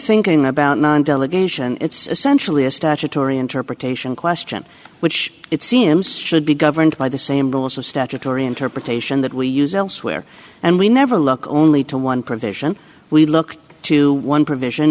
thinking about non delegation it's essentially a statutory interpretation question which it seems should be governed by the same rules of statutory interpretation that we use elsewhere and we never look only to one provision we look to one provision